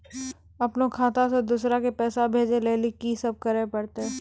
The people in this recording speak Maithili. अपनो खाता से दूसरा के पैसा भेजै लेली की सब करे परतै?